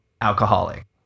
alcoholic